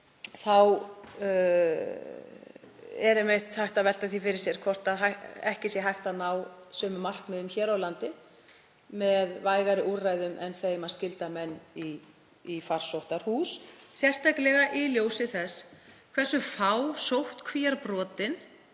Þá er einmitt hægt að velta því fyrir sér hvort ekki sé hægt að ná sömu markmiðum hér á landi með vægari úrræðum en þeim að skylda menn í farsóttarhús, sérstaklega í ljósi þess hversu fá sóttkvíarbrotin